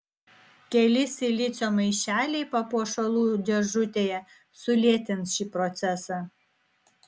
keli silicio maišeliai papuošalų dėžutėje sulėtins šį procesą